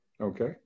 Okay